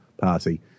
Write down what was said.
party